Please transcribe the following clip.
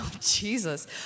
Jesus